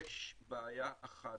יש בעיה אחת